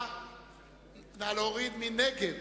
מי נגד?